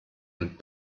und